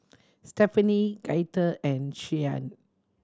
Stephani Gaither and Shianne